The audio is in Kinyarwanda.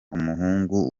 umuhungu